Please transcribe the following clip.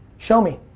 show me.